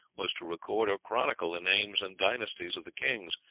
was to record or chronicle the names and dynasties of the kings,